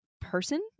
person